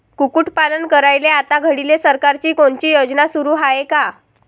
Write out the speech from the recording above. कुक्कुटपालन करायले आता घडीले सरकारची कोनची योजना सुरू हाये का?